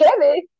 kevin